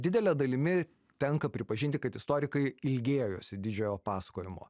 didele dalimi tenka pripažinti kad istorikai ilgėjosi didžiojo pasakojimo